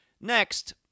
Next